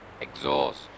exhaust